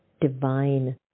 divine